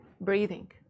breathing